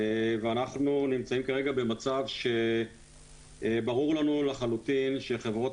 ואנחנו נמצאים כרגע במצב שברור לנו לחלוטין שחברות